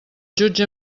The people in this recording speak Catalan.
jutge